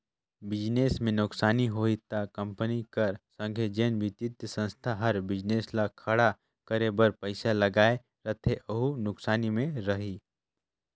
business में नुकसानी होही ता कंपनी कर संघे जेन बित्तीय संस्था हर बिजनेस ल खड़ा करे बर पइसा लगाए रहथे वहूं नुकसानी में रइही